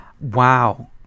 Wow